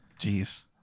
Jeez